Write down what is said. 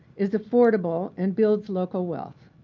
is affordable, and builds local wealth.